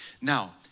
Now